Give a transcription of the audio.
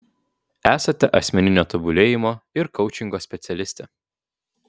esate asmeninio tobulėjimo ir koučingo specialistė